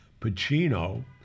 Pacino